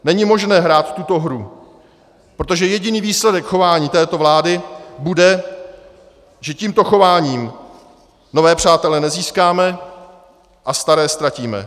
Není možné hrát tuto hru, protože jediný výsledek chování této vlády bude, že tímto chováním nové přátele nezískáme a staré ztratíme.